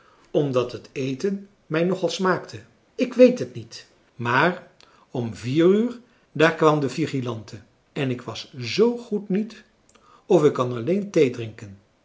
omdat het eten mij nog al smaakte ik weet het niet maar om vier uur daar kwam de vigilante en ik was zoo goed niet of ik kon alleen